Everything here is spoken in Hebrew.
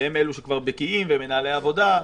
שהם אלה שכבר בקיאים ומנהלי עבודה.